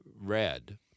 red